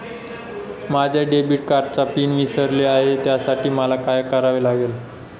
माझ्या डेबिट कार्डचा पिन विसरले आहे त्यासाठी मला काय करावे लागेल?